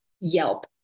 Yelp